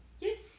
Yes